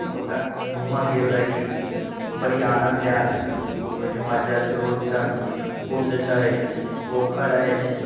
ओतय घूमय गेल रही बड़ी आनन्द आयल ओहिठिमा जल श्रोत छनि कुण्ड छै पोखरि अछि